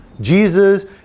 Jesus